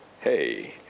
Hey